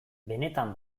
benetan